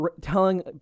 telling